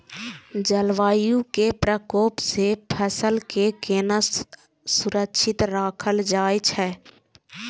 जलवायु के प्रकोप से फसल के केना सुरक्षित राखल जाय छै?